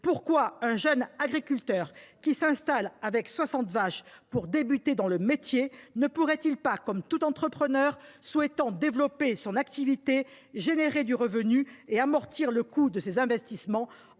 Pourquoi un jeune agriculteur qui s’installe avec soixante vaches, pour débuter dans le métier, ne pourrait il pas, comme tout entrepreneur souhaitant développer son activité, dégager du revenu et amortir le coût de ses investissements